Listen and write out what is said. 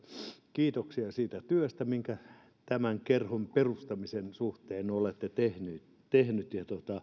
kiitoksia siitä työstä minkä tämän kerhon perustamisen suhteen olette tehnyt tehnyt